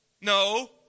No